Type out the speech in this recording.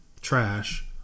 trash